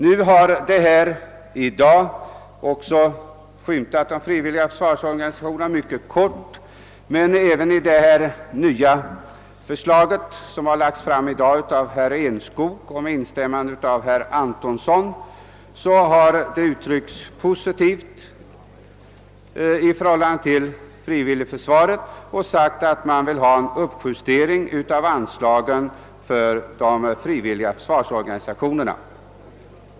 Frågan om frivilligorgani sationerna har behandlats mycket kortfattat här i dag, men även i det nya förslag som lagts fram av herr Enskog med instämmande av herr Antonsson har uttryckts en positiv inställning till frivilligförsvaret — man har sagt att man vill ha en uppjustering av anslagen till de frivilliga försvarsorganisationerna.